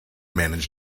manage